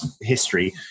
history